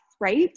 right